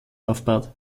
aufbaut